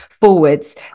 forwards